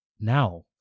Now